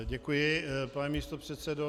Děkuji, pane místopředsedo.